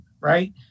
right